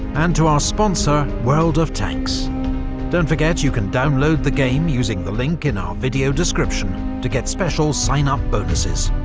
and to our sponsor world of tanks don't forget you can download the game using the link in our video description to get special sign-up bonuses.